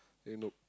eh nope